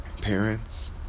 Parents